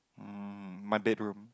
hmm my bedroom